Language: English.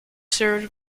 served